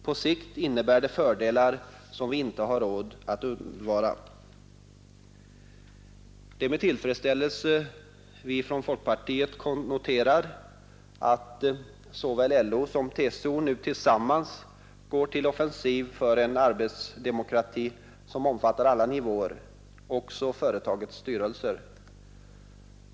På sikt innebär det fördelar som vi inte har råd att vara utan. Det är med tillfredsställelse vi från folkpartihåll noterar att LO och TCO nu tillsammans går till offensiv för en arbetsdemokrati som omfattar alla nivåer — också företagens styrelser.